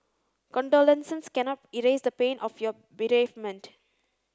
condolences cannot erase the pain of your bereavement